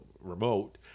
remote